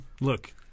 Look